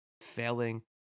failing